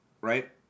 right